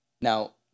Now